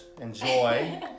enjoy